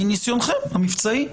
מניסיונכם המבצעי.